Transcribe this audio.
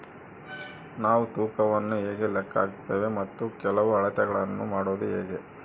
ನಾವು ತೂಕವನ್ನು ಹೇಗೆ ಲೆಕ್ಕ ಹಾಕುತ್ತೇವೆ ಮತ್ತು ಕೆಲವು ಅಳತೆಗಳನ್ನು ಮಾಡುವುದು ಹೇಗೆ?